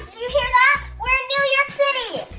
you hear that? we're in new york city!